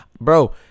Bro